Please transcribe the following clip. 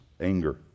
anger